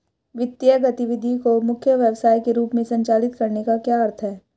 वित्तीय गतिविधि को मुख्य व्यवसाय के रूप में संचालित करने का क्या अर्थ है?